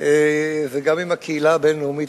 וגם עם הקהילה הבין-לאומית,